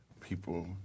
people